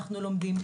אנחנו לומדים.